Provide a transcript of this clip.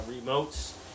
remotes